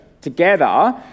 together